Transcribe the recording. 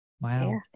Wow